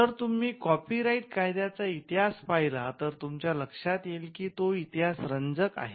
जर तुम्ही copyright कायद्याचा इतिहास पहिला तर तुमच्या लक्षात येईल की तो इतिहास रंजक आहे